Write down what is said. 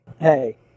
Hey